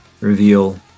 reveal